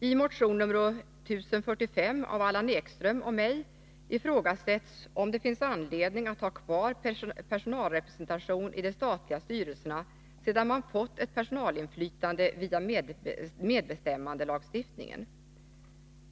I motion 1045 av Allan Ekström och mig ifrågasätts om det finns anledning att ha kvar personalrepresentation i de statliga styrelserna, sedan man fått ett personalinflytande via medbestämmandelagstiftningen.